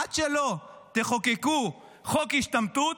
עד שלא תחוקקו חוק השתמטות,